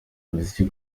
imizi